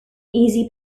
easy